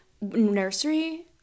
nursery